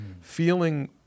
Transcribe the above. feeling